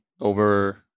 over